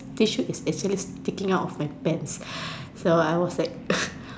tissue is actually sticking out of my pants